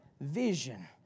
Vision